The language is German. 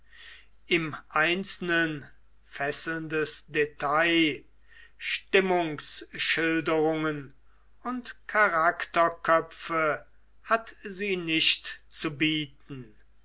im einzelnen fesselndes detail stimmungsschilderungen und charakterköpfe hat sie nicht zu bieten